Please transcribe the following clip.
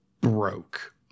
broke